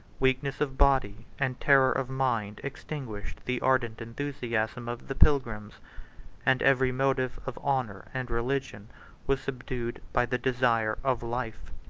weakness of body and terror of mind extinguished the ardent enthusiasm of the pilgrims and every motive of honor and religion was subdued by the desire of life.